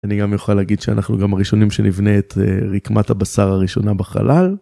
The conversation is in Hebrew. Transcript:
אני גם יכול להגיד שאנחנו גם הראשונים שנבנה את רקמת הבשר הראשונה בחלל